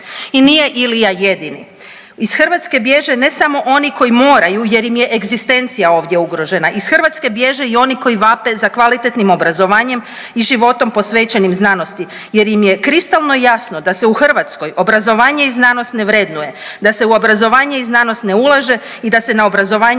i nije Ilija jedini. Iz Hrvatske bježe ne samo oni koji moraju jer im egzistencija ovdje ugrožena, iz Hrvatske bježe i oni koji vape za kvalitetnim obrazovanjem i životom posvećenim znanosti jer im je kristalno jasno da se u Hrvatskoj obrazovanje i znanost ne vrednuje, da se u obrazovanje i znanost ne ulaže i da se na obrazovanje